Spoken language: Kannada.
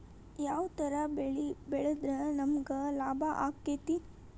ಯಾವ ತರ ಬೆಳಿ ಬೆಳೆದ್ರ ನಮ್ಗ ಲಾಭ ಆಕ್ಕೆತಿ?